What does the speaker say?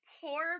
poor